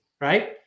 right